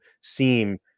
seem